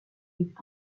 est